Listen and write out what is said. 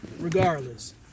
Regardless